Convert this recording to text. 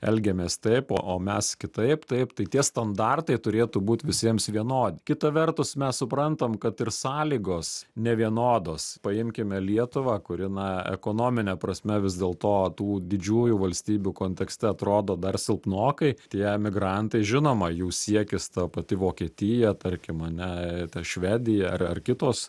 elgiamės taip o o mes kitaip taip tai tie standartai turėtų būt visiems vienod kita vertus mes suprantam kad ir sąlygos nevienodos paimkime lietuvą kuri na ekonomine prasme vis dėlto tų didžiųjų valstybių kontekste atrodo dar silpnokai tie imigrantai žinoma jų siekis ta pati vokietija tarkim ane ta švedija ar ar kitos